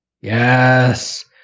Yes